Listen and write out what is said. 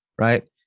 right